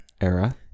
Era